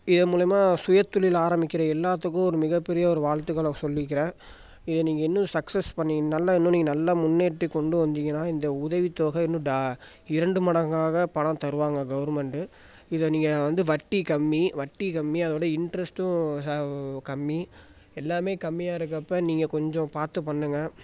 இதன் மூலயமா சுயத்தொழில் ஆரம்பிக்கிற எல்லாத்துக்கும் ஒரு மிகப்பெரிய ஒரு வாழ்த்துகள சொல்லிக்கிறேன் இதை நீங்கள் இன்னும் சக்ஸஸ் பண்ணி நல்லா இன்னும் நீங்கள் நல்லா முன்னேற்றி கொண்டு வந்திங்கன்னால் இந்த உதவித்தொகை இன்னும் டா இரண்டு மடங்காக பணம் தருவாங்க கவர்மெண்டு இதை நீங்கள் வந்து வட்டி கம்மி வட்டி கம்மி அதோடு இன்ட்ரெஸ்ட்டும் கம்மி எல்லாமே கம்மியா இருக்கறப்ப நீங்கள் கொஞ்சம் பார்த்து பண்ணுங்கள்